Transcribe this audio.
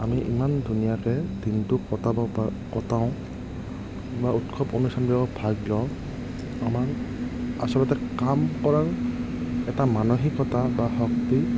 আমি ইমান ধুনীয়াকৈ দিনটো কটাব কটাওঁ বা উৎসৱ অনুষ্ঠানবোৰত ভাগ লওঁ আমাৰ আচলতে কাম কৰাৰ এটা মানসিকতা বা শক্তি